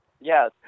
Yes